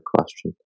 question